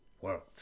world